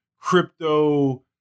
crypto